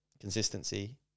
consistency